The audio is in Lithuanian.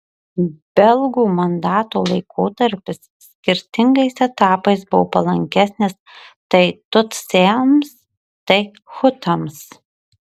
belgų mandato laikotarpis skirtingais etapais buvo palankesnis tai tutsiams tai hutams